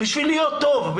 בשביל להיות טוב,